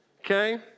Okay